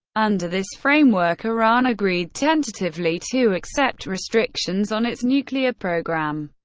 under this framework iran agreed tentatively to accept restrictions on its nuclear program,